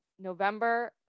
November